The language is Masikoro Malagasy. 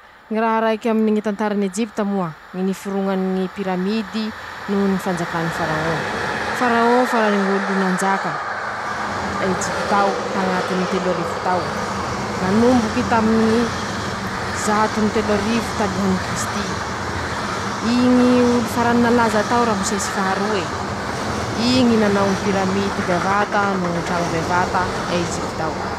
Ñy raha raiky aminy ñy tantarany Ejipita moa: ñy niforoñany ñy piramidy noho ñy fanjakany farahon, Farahon farany ñ'olo nanjaka, Ejipitao tañatiny telo arivo tao, nanomboky taminy ñy zato noho telo arivo talohany kristy, iñy farany ñ'olo nalaza tao ramose sy faharoe, ii ñy nanao piramidy bevata noho ñy traño bevata Ezipita.